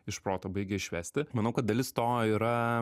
iš proto baigia išvesti manau kad dalis to yra